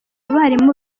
abarimu